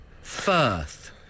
Firth